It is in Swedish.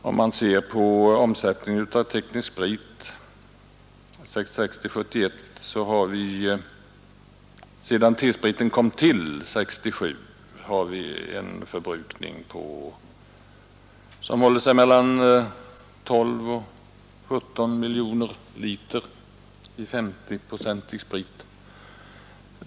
Om man ser på omsättningen av teknisk sprit finner man att sedan T-spriten kom till år 1967 håller sig förbrukningen mellan 12 och 17 miljoner liter 50-procentig sprit.